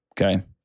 Okay